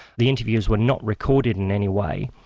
the interviews were not recorded in any way.